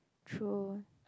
true